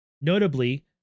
Notably